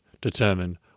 determine